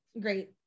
great